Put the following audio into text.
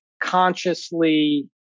consciously